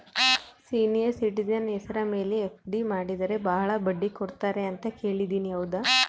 Senior citizen ಹೆಸರ ಮೇಲೆ FD ಮಾಡಿದರೆ ಬಹಳ ಬಡ್ಡಿ ಕೊಡ್ತಾರೆ ಅಂತಾ ಕೇಳಿನಿ ಹೌದಾ?